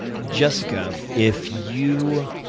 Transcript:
and jessica, if you